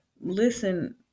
listen